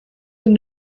den